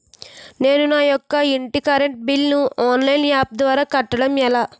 నేను నా యెక్క ఇంటి కరెంట్ బిల్ ను ఆన్లైన్ యాప్ ద్వారా కట్టడం ఎలా?